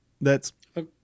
that's-